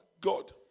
God